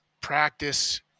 practice